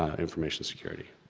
ah information security.